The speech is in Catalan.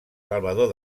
salvador